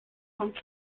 kommt